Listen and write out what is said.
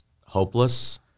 hopeless